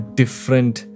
different